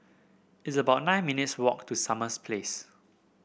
it's about nine minutes' walk to Summer Place